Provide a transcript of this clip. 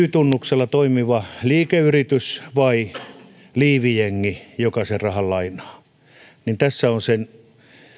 y tunnuksella toimiva liikeyritys vai liivijengi joka sen rahan lainaa tässä on